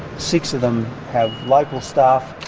six of them have local staff,